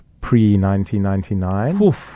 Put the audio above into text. pre-1999